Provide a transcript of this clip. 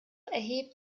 erhebt